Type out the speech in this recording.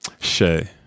Shay